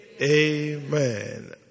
Amen